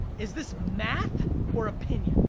is this math or opinion